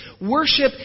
Worship